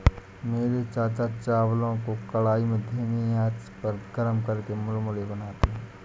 मेरे चाचा चावलों को कढ़ाई में धीमी आंच पर गर्म करके मुरमुरे बनाते हैं